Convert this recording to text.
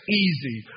easy